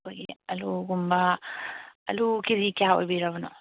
ꯑꯩꯈꯣꯏꯒꯤ ꯑꯂꯨꯒꯨꯝꯕ ꯑꯂꯨ ꯀꯦꯖꯤ ꯀꯌꯥ ꯑꯣꯏꯕꯤꯔꯕꯅꯣ